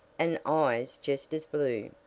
and eyes just as blue.